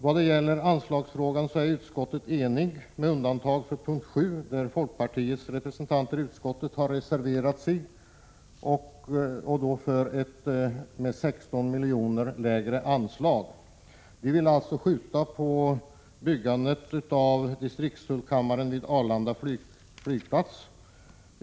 Vad gäller anslagsfrågan är utskottet enigt, med undantag för p. 7, där folkpartiets representanter i utskottet har reserverat sig till förmån för ett 16 milj.kr. lägre anslag. De vill skjuta på byggandet av distriktstullkammaren vid Arlanda flygplats.